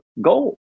goal